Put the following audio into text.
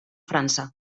frança